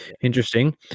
interesting